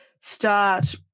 start